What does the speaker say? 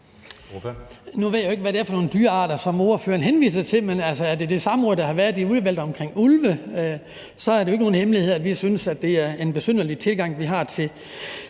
Nu ved jeg jo ikke, hvad det er for nogle dyrearter, som ordføreren henviser til, men hvis det er det samråd om ulve, der har været i udvalget, så er det jo ikke nogen hemmelighed, at vi synes, det er en besynderlig tilgang, vi har til,